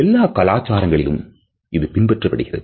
எல்லா கலாச்சாரங்களிலும் இது பின்பற்றப்படுகிறது